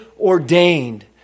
ordained